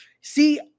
see